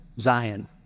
Zion